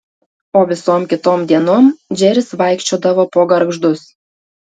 o visom kitom dienom džeris vaikščiodavo po gargždus